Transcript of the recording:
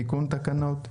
תיקון תקנות?